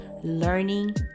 learning